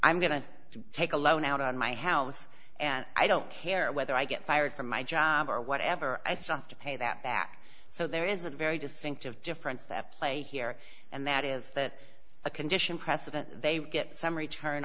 i'm going to take a loan out on my house and i don't care whether i get fired from my job or whatever i start to pay that back so there is a very distinctive difference that play here and that is that a condition precedent they get some return